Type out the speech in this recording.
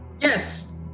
Yes